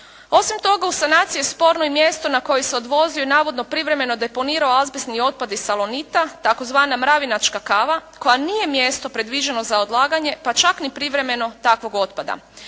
Osim toga u sanaciji je sporno i mjesto na koje se odvozi i navodno privremeno deponirao azbestni otpad iz "Salonita" tzv. Mravinačka kava koja nije mjesto predviđeno za odlaganje pa čak ni privremeno takvog otpada.